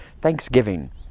Thanksgiving